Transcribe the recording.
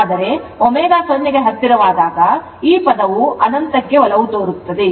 ಆದರೆ ω 0 ಗೆ ಹತ್ತಿರವಾದಾಗ ಈ ಪದವು ಅನಂತಕ್ಕೆ ಒಲವು ತೋರುತ್ತದೆ